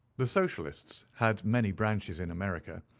the socialists had many branches in america,